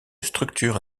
structure